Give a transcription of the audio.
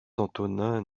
antonin